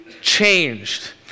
changed